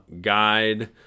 guide